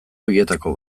horietako